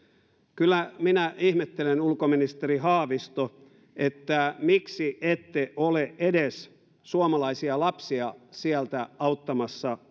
kyllä minä ihmettelen ulkoministeri haavisto miksi ette ole edes suomalaisia lapsia sieltä auttamassa